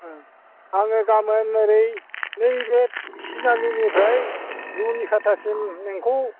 औ आङो गाबोन ओरै नैबे थिनालिनिफ्राय रुनिखाथासिम नोंखौ